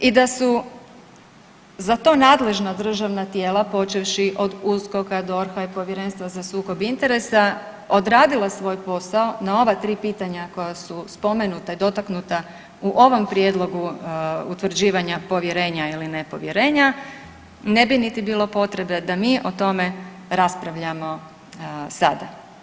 I da su za to nadležna tijela počevši od USKOK-a, DORH-a i Povjerenstva za sukob interesa odradila svoj posao na ova 3 pitanja koja su spomenuta i dotaknuta u ovom prijedlogu utvrđivanja povjerenja ili nepovjerenja ne bi niti bilo potrebe da mi o tome raspravljamo sada.